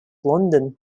london